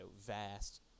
vast